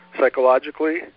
Psychologically